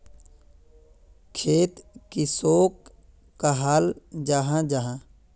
खेत किसोक कहाल जाहा जाहा?